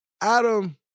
Adam